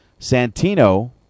Santino